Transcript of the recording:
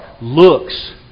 Looks